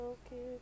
Okay